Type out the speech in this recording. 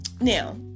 Now